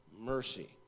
mercy